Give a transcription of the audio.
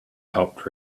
helped